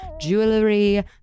jewelry